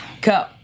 Go